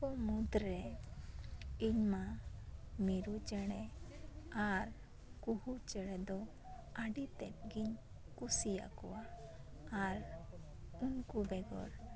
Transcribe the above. ᱩᱱᱠᱩ ᱠᱚ ᱢᱩᱫᱽ ᱨᱮ ᱤᱧ ᱢᱟ ᱢᱤᱨᱩ ᱪᱮᱬᱮ ᱟᱨ ᱠᱩᱦᱩ ᱪᱮᱬᱮ ᱫᱚ ᱟᱹᱰᱤ ᱛᱮᱫ ᱜᱮᱧ ᱠᱩᱥᱤ ᱟᱠᱚᱭᱟ ᱟᱨ ᱩᱱᱠᱩ ᱵᱮᱜᱚᱨ